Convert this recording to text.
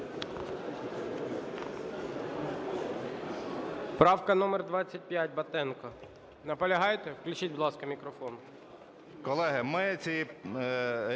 Правка номер 25, Батенко. Наполягаєте? Включіть, будь ласка, мікрофон.